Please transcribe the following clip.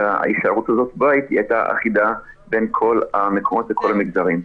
שההישארות הזאת בבית הייתה אחידה בין כל המקומות ובכל המגזרים.